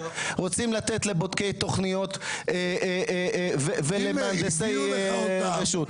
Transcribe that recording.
רוצים לתת לבודקי תוכניות ולמהנדסי רשות.